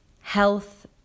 Health